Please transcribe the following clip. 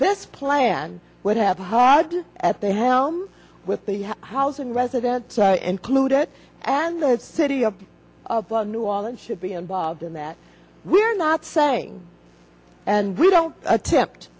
this plan would have a hard look at the helm with the housing residents are included and the city of about new all it should be involved in that we're not saying and we don't attempt